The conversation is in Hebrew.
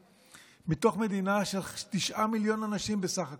מתוך מדינה של תשעה מיליון אנשים בסך הכול,